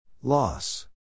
Loss